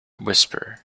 whisper